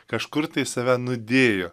kažkur tai save nudėjo